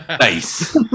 Face